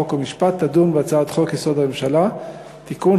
חוק ומשפט תדון בהצעת חוק-יסוד: הממשלה (תיקון,